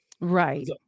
Right